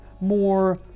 more